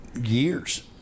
years